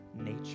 nature